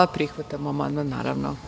Da, prihvatamo amandman, naravno.